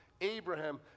Abraham